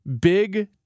Big